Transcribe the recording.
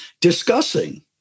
discussing